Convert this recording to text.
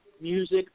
music